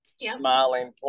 smiling